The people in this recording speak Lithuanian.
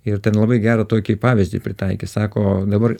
ir ten labai gerą tokį pavyzdį pritaikė sako dabar